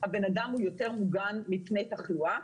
הבן אדם יותר מוגן מפני תחלואה.